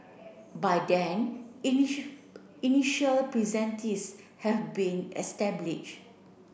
by then initial have been established